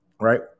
right